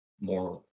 more